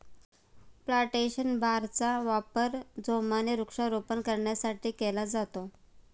plantation बारचा वापर जोमाने वृक्षारोपण करण्यासाठी केला जातो